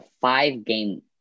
five-game